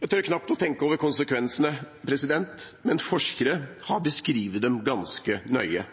Jeg tør knapt tenke på konsekvensene, men forskere har beskrevet dem ganske nøye.